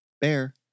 Bear